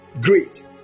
Great